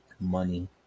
money